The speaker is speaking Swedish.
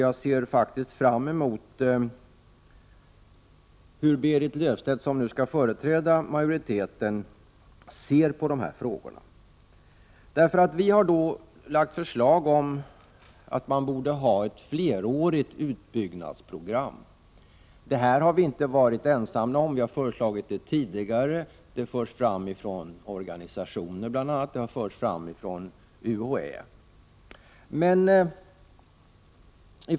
Jag ser faktiskt fram emot att få höra hur Berit Löfstedt, som skall företräda majoriteten här, ser på dessa frågor. Vi har återigen lagt fram förslag om ett flerårigt utbyggnadsprogram. Vi är dock inte ensamma om att föreslå ett sådant program. Bl.a. UHÄ och en del organisationer har nämligen också lagt fram samma förslag.